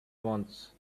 wants